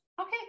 Okay